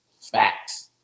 Facts